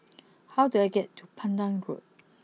how do I get to Pandan Road